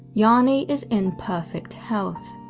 jani is in perfect health.